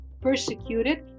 persecuted